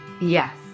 Yes